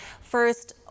First